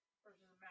versus